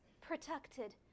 protected